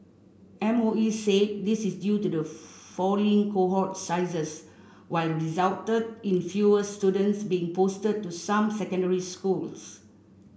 MOE said this is due to falling cohort sizes which resulted in fewer students being posted to some secondary schools